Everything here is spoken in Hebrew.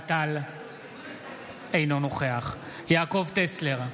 אינו נוכח יעקב טסלר,